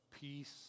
peace